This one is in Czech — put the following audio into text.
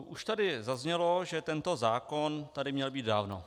Už tady zaznělo, že tento zákon tady měl být dávno.